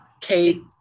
Kate